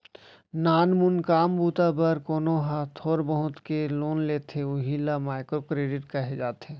नानमून काम बूता बर कोनो ह थोर बहुत के लोन लेथे उही ल माइक्रो करेडिट कहे जाथे